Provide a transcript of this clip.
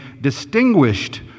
distinguished